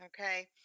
Okay